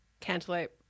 cantaloupe